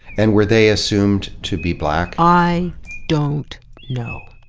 and were they assumed to be black? i don't know.